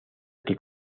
que